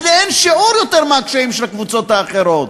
לאין שיעור יותר מהקשיים של הקבוצות האחרות.